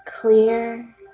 clear